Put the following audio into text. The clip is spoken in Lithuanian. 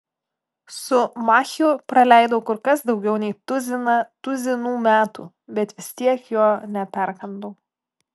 su machiu praleidau kur kas daugiau nei tuziną tuzinų metų bet vis tiek jo neperkandau